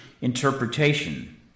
interpretation